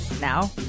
Now